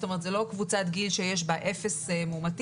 זאת אומרת זו לא קבוצת גיל שיש בה אפס מאומתים